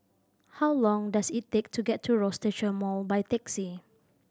how long does it take to get to Rochester Mall by taxi